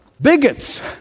bigots